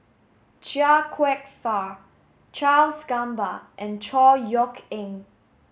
Chia Kwek Fah Charles Gamba and Chor Yeok Eng